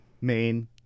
main